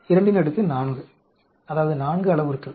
24 அதாவது 4 அளவுருக்கள்